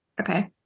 Okay